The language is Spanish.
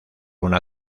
una